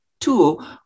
tool